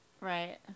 Right